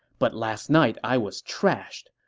but last night i was trashed.